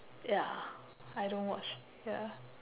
ya I don't watch ya